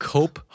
Cope